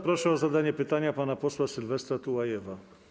Proszę o zadanie pytania pana posła Sylwestra Tułajewa.